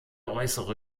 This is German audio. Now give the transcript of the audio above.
äußere